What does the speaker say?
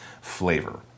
flavor